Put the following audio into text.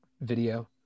video